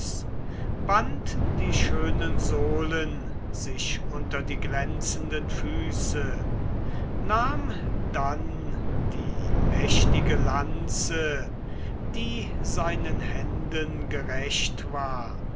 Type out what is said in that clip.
band die schönen sohlen sich unter die glänzenden füße nahm dann die mächtige lanze die seinen händen gerecht war